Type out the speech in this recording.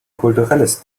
kulturelles